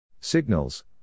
Signals